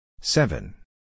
Seven